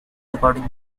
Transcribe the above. recording